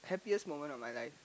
happiest moment of my life